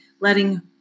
letting